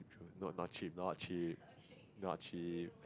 not not cheap not cheap not cheap